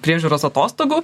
priežiūros atostogų